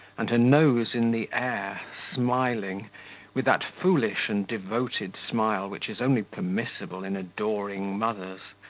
and her nose in the air, smiling with that foolish and devoted smile which is only permissible in adoring mothers.